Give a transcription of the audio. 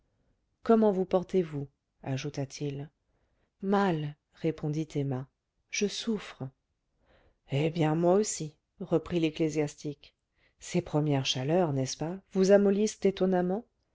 comment vous portez-vous ajouta-t-il mal répondit emma je souffre eh bien moi aussi reprit l'ecclésiastique ces premières chaleurs n'est-ce pas vous amollissent étonnamment